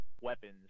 weapons